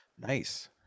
Nice